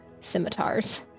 scimitars